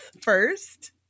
first